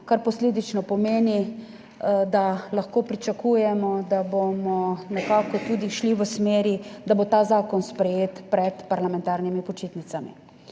kar posledično pomeni, da lahko pričakujemo, da bomo nekako tudi šli v smeri, da bo ta zakon sprejet pred parlamentarnimi počitnicami.